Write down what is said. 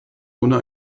ohne